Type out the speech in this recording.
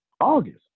August